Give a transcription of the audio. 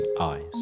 eyes